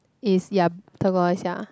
is ya turquoise